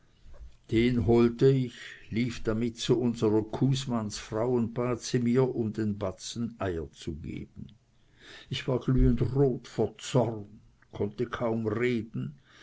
den holte ich lief damit zu unseres g'husmanns frau und bat sie mir um den batzen eier zu geben ich war glühend rot vor zorn konnte kaum reden